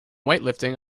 weightlifting